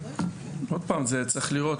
עוד פעם, צריך לראות.